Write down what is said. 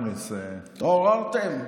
בהצלחה.